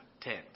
tent